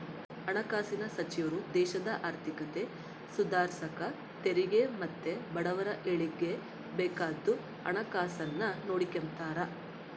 ಹಣಕಾಸಿನ್ ಸಚಿವ್ರು ದೇಶದ ಆರ್ಥಿಕತೆ ಸುಧಾರ್ಸಾಕ ತೆರಿಗೆ ಮತ್ತೆ ಬಡವುರ ಏಳಿಗ್ಗೆ ಬೇಕಾದ್ದು ಹಣಕಾಸುನ್ನ ನೋಡಿಕೆಂಬ್ತಾರ